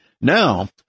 Now